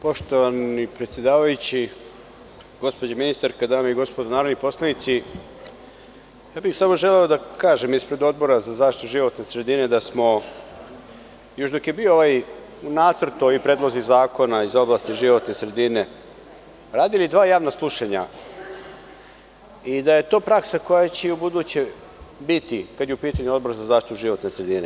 Poštovani predsedavajući, gospođo ministarko, dame i gospodo narodni poslanici, ja bih samo želeo da kažem ispred Odbora za zaštitu životne sredine da smo, još dok je bio nacrt ovih predloga zakona iz oblasti životne sredine, radili dva javna slušanja i da je to praksa koja će i ubuduće biti, kada je u pitanju Odbor za zaštitu životne sredine.